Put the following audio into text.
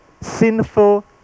sinful